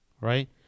right